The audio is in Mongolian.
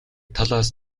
талаас